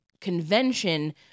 convention